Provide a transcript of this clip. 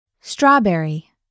Strawberry